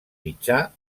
mitjà